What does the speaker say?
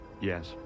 yes